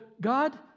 God